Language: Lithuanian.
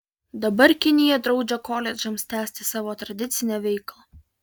dabar kinija draudžia koledžams tęsti savo tradicinę veiklą